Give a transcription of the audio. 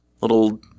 little